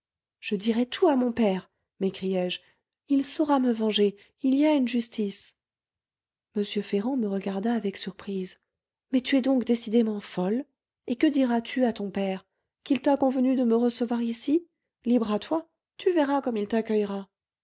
je dirai tout à mon père m'écriai-je il saura me venger il y a une justice m ferrand me regarda avec surprise mais tu es donc décidément folle et que diras-tu à ton père qu'il t'a convenu de me recevoir ici libre à toi tu verras comme il t'accueillera